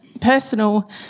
personal